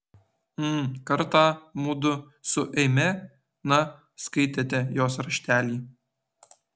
mm kartą mudu su eime na skaitėte jos raštelį